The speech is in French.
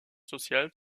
social